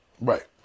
right